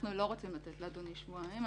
אנחנו לא רוצים לתת לאדוני שבועיים,